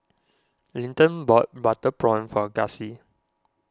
Linton bought Butter Prawn for Gussie